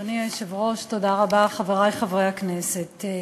אדוני היושב-ראש, תודה רבה, חברי חברי הכנסת,